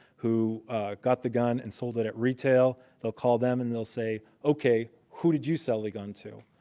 who got the gun and sold it at retail. they'll call them and they'll say, ok, who did you sell the gun to?